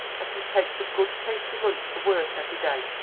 that he takes a good, tasty lunch to work every day.